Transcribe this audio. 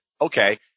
Okay